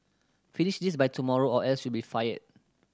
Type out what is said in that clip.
finish this by tomorrow or else you'll be fired